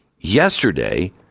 yesterday